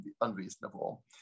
unreasonable